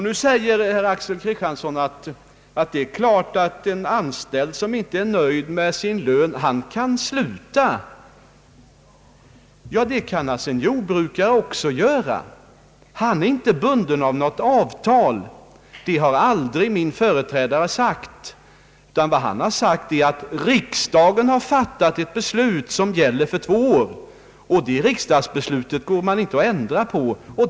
Nu säger herr Axel Kristiansson att en anställd som inte är nöjd med sin lön kan sluta. Ja, det kan naturligtvis en jordbrukare också göra. Han är inte bunden av något avtal. Det har min företrädare aldrig sagt. Vad han har sagt är att riksdagen har fattat ett beslut som gäller för två år och att man inte kan ändra på det.